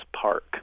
Park